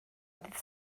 dydd